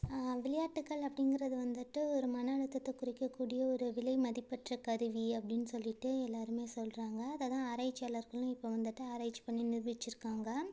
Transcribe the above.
விளையாட்டுக்கள் அப்படிங்கிறது வந்துட்டு ஒரு மன அழுத்தத்தை குறைக்கக்கூடிய ஒரு விலை மதிப்பற்ற கருவி அப்படின்னு சொல்லிட்டு எல்லாருமே சொல்கிறாங்க அதை தான் ஆராய்ச்சியாளர்களும் இப்போ வந்துட்டு ஆராய்ச்சி பண்ணி நிருபிச்சிருக்காங்கள்